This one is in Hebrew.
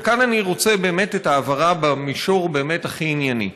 וכאן אני באמת רוצה את ההבהרה במישור הכי ענייני.